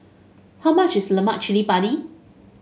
how much is Lemak Cili Padi